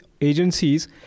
agencies